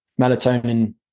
melatonin